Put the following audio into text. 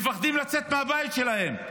מפחדים לצאת מהבית שלהם.